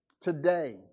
Today